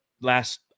last